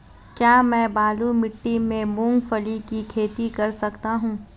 क्या मैं बालू मिट्टी में मूंगफली की खेती कर सकता हूँ?